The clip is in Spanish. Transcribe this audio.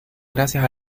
gracias